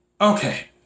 Okay